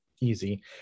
easy